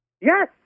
Yes